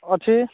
ଅଛି